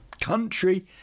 country